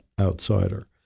outsider